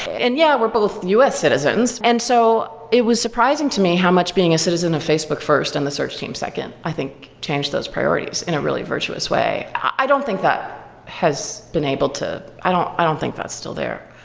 and yeah, we're both us citizens. and so it was surprising to me how much being a citizen of sedfb two facebook first and the search team second i think changed those priorities in a really virtuous way. i don't think that has been able to i don't i don't think that's still there,